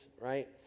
right